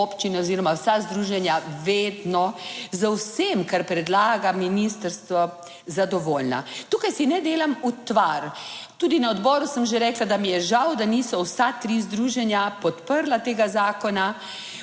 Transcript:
občine oziroma vsa združenja vedno z vsem, kar predlaga ministrstvo, zadovoljna. Tukaj si ne delam utvar. Tudi na odboru sem že rekla, da mi je žal, da niso vsa tri združenja podprla tega zakona.